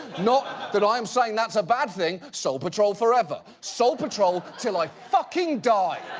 not that i'm saying that's a bad thing. soul patrol forever! soul patrol till i fucking die!